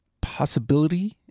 possibility